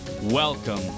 Welcome